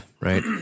right